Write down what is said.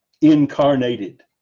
incarnated